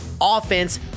offense